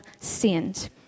sinned